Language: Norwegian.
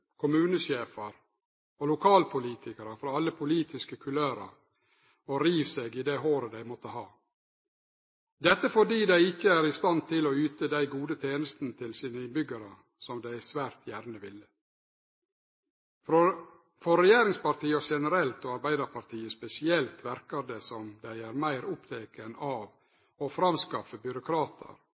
kommunesjefar og lokalpolitikarar frå alle politiske kulørar og riv seg i det håret dei måtte ha, fordi dei ikkje er i stand til å yte dei gode tenestene til innbyggjarane sine som dei svært gjerne ville. Regjeringspartia generelt og Arbeidarpartiet spesielt verkar meir opptekne av å framskaffe byråkratar